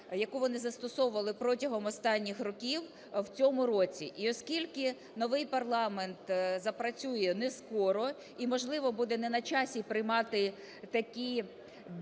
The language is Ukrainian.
яку вони застосовували протягом останніх років, в цьому році. І оскільки новий парламент запрацює не скоро, і, можливо, буде не на часі приймати такі нібито,